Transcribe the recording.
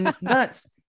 Nuts